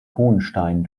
hohenstein